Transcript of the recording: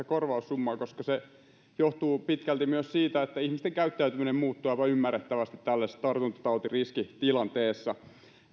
korvaussummaa koska ne johtuvat pitkälti myös siitä että ihmisten käyttäytyminen muuttuu aivan ymmärrettävästi tällaisessa tartuntatautiriskitilanteessa